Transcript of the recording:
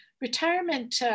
retirement